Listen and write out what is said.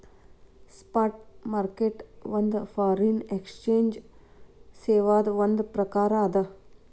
spot market ಒಂದ್ foreign exchange ಸೇವಾದ್ ಒಂದ್ ಪ್ರಕಾರ ಅದ